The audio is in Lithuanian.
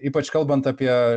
ypač kalbant apie